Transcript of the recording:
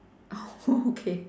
oh K